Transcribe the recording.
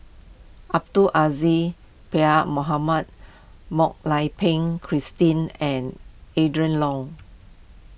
Abdul Aziz Pakkeer Mohamed Mak Lai Peng Christine and Adrin Loi